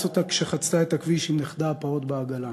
אותה כשחצתה את הכביש עם נכדה הפעוט בעגלה.